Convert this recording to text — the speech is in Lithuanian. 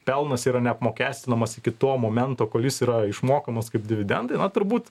pelnas yra neapmokestinamas iki to momento kol jis yra išmokamas kaip dividendai na turbūt